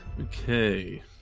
Okay